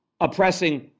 oppressing